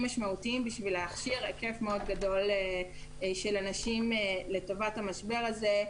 משמעותיים בשביל להכשיר היקף מאוד גדול של אנשים לטובת המשבר הזה.